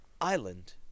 island